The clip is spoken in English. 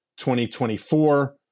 2024